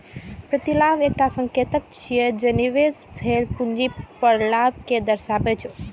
प्रतिलाभ एकटा संकेतक छियै, जे निवेश कैल पूंजी पर लाभ कें दर्शाबै छै